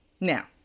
Now